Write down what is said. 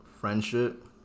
friendship